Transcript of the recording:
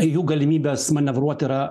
jų galimybės manevruot yra